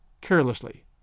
carelessly